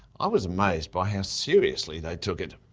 i was amazed by how seriously they took it.